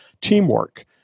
teamwork